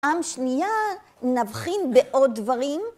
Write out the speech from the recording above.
פעם שנייה נבחין בעוד דברים.